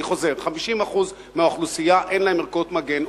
אני חוזר: 50% מהאוכלוסייה אין להם ערכות מגן,